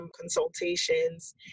consultations